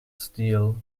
steel